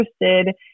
interested